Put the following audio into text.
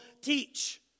teach